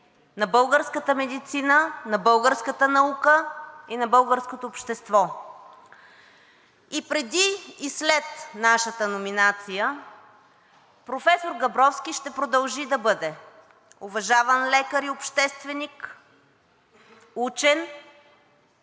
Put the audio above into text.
на българската медицина, на българската наука и на българското общество. И преди, и след нашата номинация професор Габровски ще продължи да бъде уважаван лекар и общественик, учен